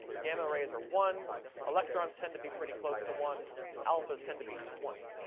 gamma rays are one electrons tend to be pretty close to one alphas tend to be twenty.